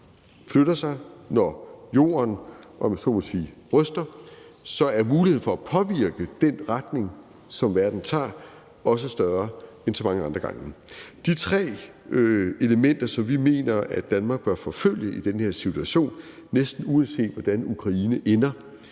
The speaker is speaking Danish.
om jeg så må sige, ryster, så er muligheden for at påvirke den retning, som verden tager, også større end så mange andre gange. De tre elementer, som vi mener at Danmark bør forfølge i den her situation, næsten uanset hvordan Ukraine ender,